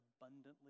abundantly